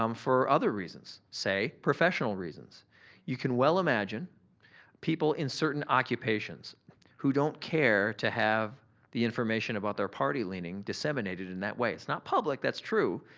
um for other reasons, say professional reasons you can well imagine people in certain occupations who don't care to have the information about their party leaning disseminated in that way. it's not public, that's true,